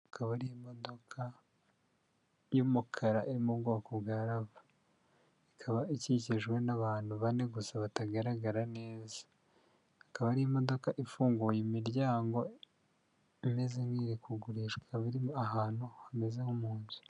Akaba ari imodoka y'umukara iri mu bwoko bwa rave, ikaba ikikijwe n'abantu bane gusa batagaragara neza, ikaba ari imodoka ifunguye imiryango imeze nk'iri kugurishwa ikaba iri ahantu hameze nko mu nzu.